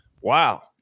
Wow